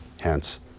Hence